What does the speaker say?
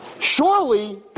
Surely